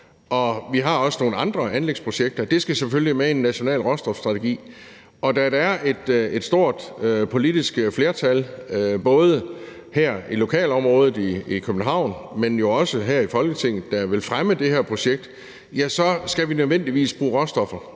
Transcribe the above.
har nogle andre anlægsprojekter – så skal det selvfølgelig med i en national råstofstrategi. Og da der er et stort politisk flertal – både her i lokalområdet i København, men jo også her i Folketinget – der vil fremme det her projekt, så skal vi nødvendigvis bruge råstoffer.